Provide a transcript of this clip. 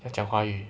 要讲华语